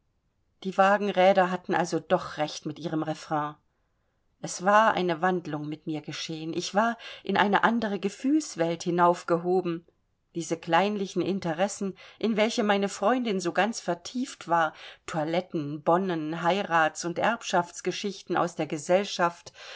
die wagenräder hatten also doch recht mit ihrem refrain es war eine wandlung mit mir geschehen ich war in eine andere gefühlswelt hinaus gehoben diese kleinlichen interessen in welche meine freundin so ganz vertieft war toiletten bonnen heirats und erbschaftsgeschichten aus der gesellschaft